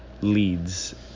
leads